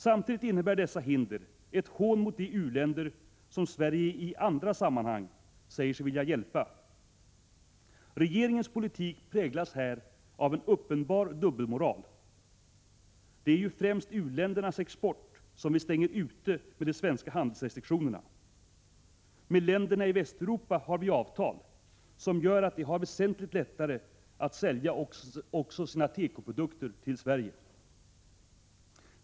Samtidigt innebär dessa hinder ett hån mot de u-länder som Sverige i andra sammanhang säger sig vilja hjälpa. Regeringens politik präglas här av en uppenbar dubbelmoral! Det är ju främst u-ländernas export som vi stänger ute med de svenska handelsrestriktionerna. Med länderna i Västeuropa har vi avtal, som gör att de har väsentligt lättare att sälja också sina tekoprodukter till Sverige.